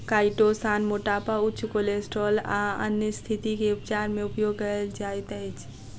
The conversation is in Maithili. काइटोसान मोटापा उच्च केलेस्ट्रॉल आ अन्य स्तिथि के उपचार मे उपयोग कायल जाइत अछि